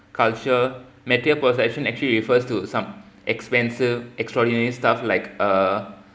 culture material possession actually refers to some expensive extraordinary stuff like uh